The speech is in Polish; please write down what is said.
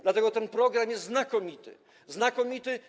Dlatego ten program jest znakomity - znakomity.